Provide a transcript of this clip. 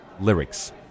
lyrics